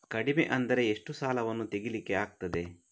ಕಡಿಮೆ ಅಂದರೆ ಎಷ್ಟು ಸಾಲವನ್ನು ತೆಗಿಲಿಕ್ಕೆ ಆಗ್ತದೆ?